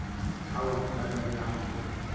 and cowered down behind it.